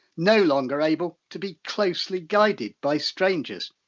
no longer able to be closely guided by strangers.